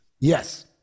Yes